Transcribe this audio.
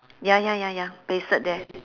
ya ya ya ya pasted there